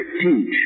teach